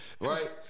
Right